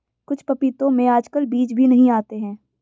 कुछ पपीतों में आजकल बीज भी नहीं आते हैं